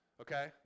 Okay